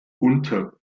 unter